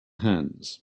hands